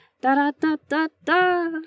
Da-da-da-da-da